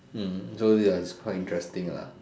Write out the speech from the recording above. hmm so ya it's quite interesting lah